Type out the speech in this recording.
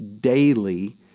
daily